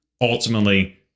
ultimately